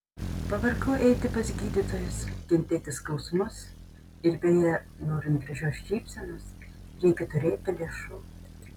pavargau eiti pas gydytojus kentėti skausmus ir beje norint gražios šypsenos reikia turėti lėšų